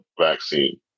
vaccine